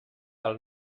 del